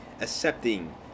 accepting